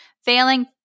failing